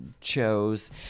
chose